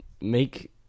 make